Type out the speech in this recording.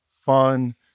fun